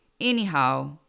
anyhow